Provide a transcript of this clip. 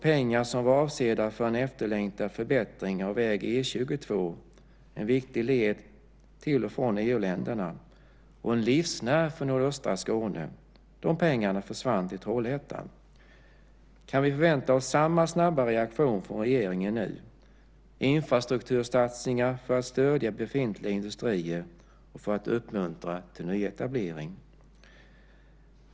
Pengar som var avsedda för en efterlängtad förbättring av väg E 22, en viktig led till och från EU-länderna och en livsnerv för nordöstra Skåne, försvann till Trollhättan. Kan vi förvänta oss samma snabba reaktion från regeringen nu, det vill säga infrastruktursatsningar för att stödja befintliga industrier och för att uppmuntra till nyetablering?